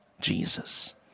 Jesus